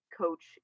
coach